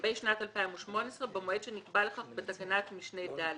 לגבי שנת 2018 במועד שנקבע לכך בתקנת משנה (ד).